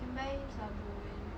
can buy him sabun